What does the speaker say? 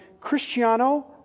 Cristiano